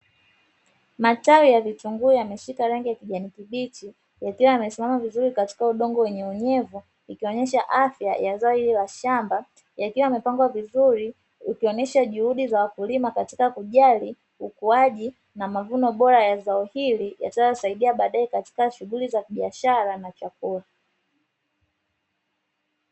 Matawi ya vitunguu yameshika rangi ya kijani kibichi yakiwa yamesimama vizuri katika udongo wenye unyevu, ikaonyesha afya ya zao ili la shamba yakiwa yamepangwa vizuri ukionyesha juhudi za wakulima katika kujali ukuaji na mavuno bora ya zao hili yatayo saidia baadaye katika shughuli za biashara na chakula.